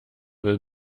will